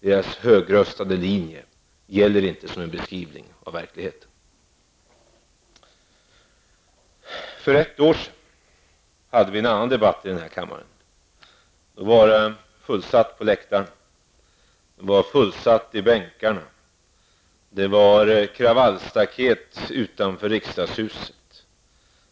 Deras högröstade linje gäller inte som en beskrivning av verkligheten. För ett år sedan hade vi en annan debatt i den här kammaren. Då var det fullsatt på läktaren, och det var fullsatt i plenisalen. Man hade satt upp kravallstaket utanför rikdagshuset.